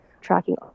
tracking